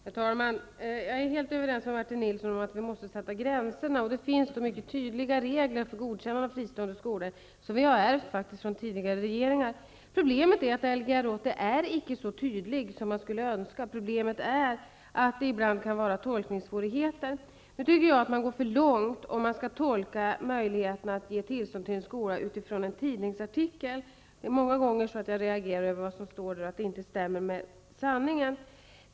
Herr talman! Jag är helt överens med Martin Nilsson om att vi måste sätta gränserna, och det finns mycket tydliga regler för godkännande av fristående skolor, som vi faktiskt har ärvt från tidigare regeringar. Problemet är att Lgr 80 icke är så tydlig som man skulle önska. Problemet är att det ibland kan finnas tolkningssvårigheter. Nu tycker jag att man går för långt om man bedömer möjligheterna att ge tillstånd till en skola med utgångspunkt i en tidningsartikel. Många gånger reagerar jag mot vad som står i tidningarna och tycker inte att det stämmer med sanningen.